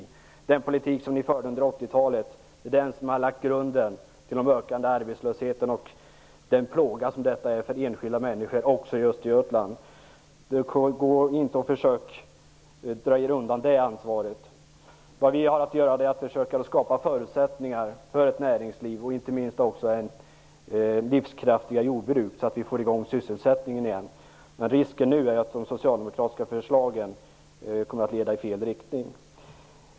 Det är den politik som ni förde under 80-talet som har lagt grunden till den ökade arbetslösheten och den plåga den innebär för enskilda människor - också i Östergötland. Försök inte att dra er undan det ansvaret! Vi har att försöka skapa förutsättningar för ett näringsliv, och inte minst för livskraftiga jordbruk, så att vi får i gång sysselsättningen igen. Risken är nu att de socialdemokratiska förslagen kommer att leda i fel riktning.